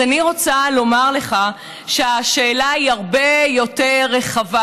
אז אני רוצה לומר לך שהשאלה היא הרבה יותר רחבה,